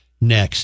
next